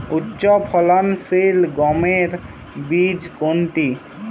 উচ্চফলনশীল গমের বীজ কোনটি?